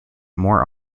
more